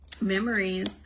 memories